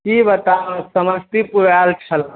कि बताउ समस्तीपुर आएल छलहुँ